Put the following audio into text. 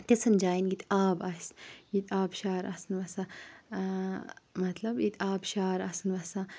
تِژھن جایَن ییٚتہِ آب آسہِ ییٚتہِ آبہٕ شار آسن وَسان مَطلَب ییٚتہِ آب شار آسَن وَسان